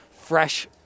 Fresh